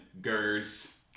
Gers